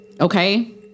Okay